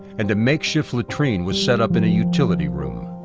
and a makeshift latrine was set up in a utility room.